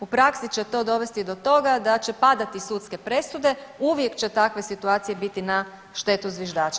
U praksi će to dovesti do toga da će padati sudske presude, uvijek će takve situacije biti na štetu zviždača.